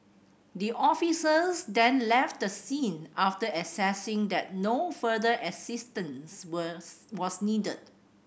the officers then left the scene after assessing that no further assistance were was needed